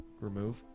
remove